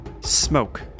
smoke